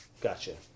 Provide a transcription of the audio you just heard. Gotcha